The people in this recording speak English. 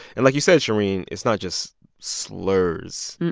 and like you said, shereen, it's not just slurs.